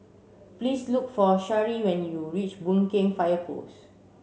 please look for Sharee when you reach Boon Keng Fire Post